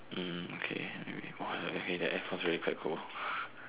hmm okay wait okay the air force really quite cool